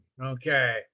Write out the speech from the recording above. okay